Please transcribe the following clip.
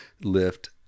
lift